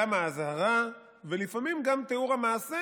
גם האזהרה ולפעמים גם תיאור המעשה,